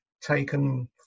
taken